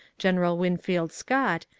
greneral winfield scott,